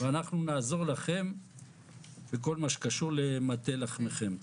אנחנו נעזור לכם בכל מה שקשור למטה לחכמכם.